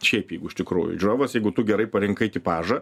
šiaip jeigu iš tikrųjų žiūrovas jeigu tu gerai parinkai tipažą